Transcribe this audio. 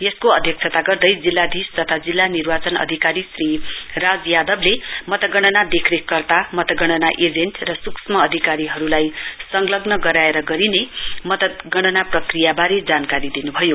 यसको अध्यक्षता गर्दै जिल्लाधीश तथा जिल्ला निर्वाचन अधिकारी श्री राज यादवले मतगणना देखरेखकर्ता मतगणना एजेन्ट र सूरक्षा अधिकारीहरुलाई संलग्न गराएर गरिने मतगणना प्रक्रियाबारे जानकारी दिन्भयो